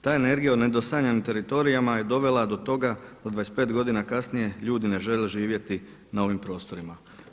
Ta energija u nedosanjanim teritorijama je dovela do toga da 25 godina kasnije ljudi ne žele živjeti na ovim prostorima.